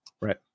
right